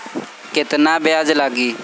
केतना ब्याज लागी?